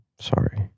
sorry